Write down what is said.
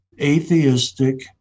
atheistic